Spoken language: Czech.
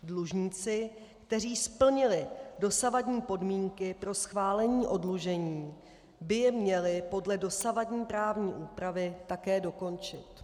Dlužníci, kteří splnili dosavadní podmínky pro schválení oddlužení, by je měli podle dosavadní právní úpravy také dokončit.